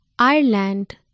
Ireland